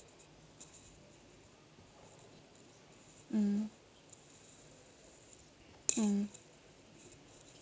mm mm